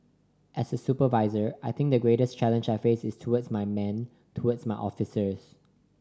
as a supervisor I think the greatest challenge I face is towards my men towards my officers